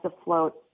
afloat